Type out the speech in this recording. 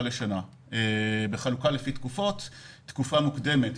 לשנה בחלוקה לפי תקופות: תקופה מוקדמת,